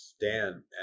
Dan